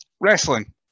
Wrestling